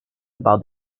about